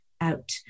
out